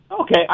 Okay